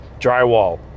drywall